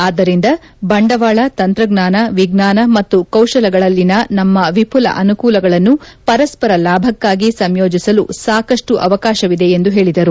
ಆದ್ದರಿಂದ ಬಂಡವಾಳ ತಂತ್ರಜ್ಞಾನ ವಿಜ್ಞಾನ ಮತ್ತು ಕೌಶಲಗಳಲ್ಲಿನ ನಮ್ನ ವಿಫುಲ ಅನುಕೂಲಗಳನ್ನು ಪರಸ್ಪರ ಲಾಭಕಾಗಿ ಸಂಯೋಜಿಸಲು ಸಾಕಷ್ಟು ಅವಕಾಶವಿದೆ ಎಂದು ಹೇಳಿದರು